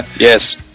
yes